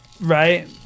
right